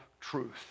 truth